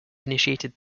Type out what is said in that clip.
initiated